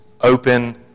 open